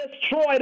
destroyed